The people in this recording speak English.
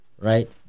right